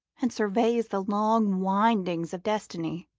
and surveys the long windings of destiny.